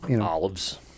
Olives